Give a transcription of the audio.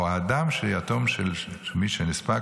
האדם שיתום של מי שנספה,